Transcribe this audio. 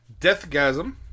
Deathgasm